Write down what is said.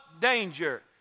danger